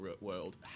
world